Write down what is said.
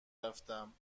رفتتم